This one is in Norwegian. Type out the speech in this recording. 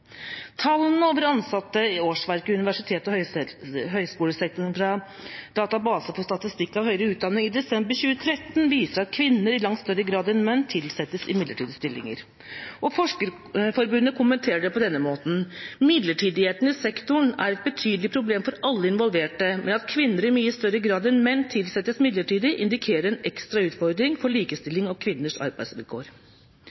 Tallene over ansatte i universitets- og høyskolesektoren fra Database for statistikk om høgre utdanning i desember 2013 viser at kvinner i langt større grad enn menn tilsettes i midlertidige stillinger. Forskerforbundet kommenterer det på denne måten: «Midlertidigheten i sektoren er et betydelig problem for alle involverte, men dette viser at kvinner i større grad enn menn tilsettes midlertidig, og indikerer en ekstra utfordring for likestilling og kvinners arbeidsvilkår.»